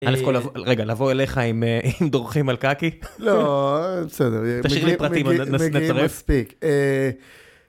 אלף כל, רגע. לבוא אליך אם דורכים על קאקי? לא, בסדר. תשאיר לי פרטים, אני מגיע מספיק.